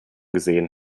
gesehen